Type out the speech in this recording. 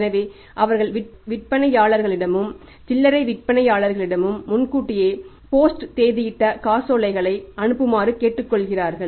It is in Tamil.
எனவே அவர்கள் விற்பனையாளர்களிடமும் சில்லறை விற்பனையாளர்களிடமும் முன்கூட்டியே போஸ்ட் தேதியிட்ட காசோலைகளை அனுப்புமாறு கேட்டுக்கொள்கிறார்கள்